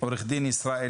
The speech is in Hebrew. עורך דין ישראל